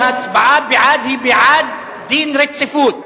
לכן, ההצבעה בעד, היא בעד דין רציפות.